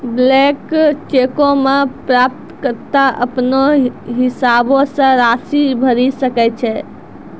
blank चेको मे प्राप्तकर्ता अपनो हिसाबो से राशि भरि सकै छै